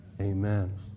Amen